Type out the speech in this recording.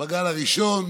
בגל הראשון